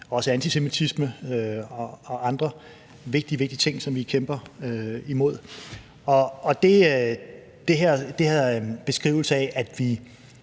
også antisemitisme og andre vigtige, vigtige ting, som vi kæmper imod. Den her beskrivelse af, at vi